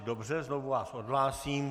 Dobře, znovu vás odhlásím.